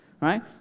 right